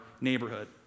neighborhood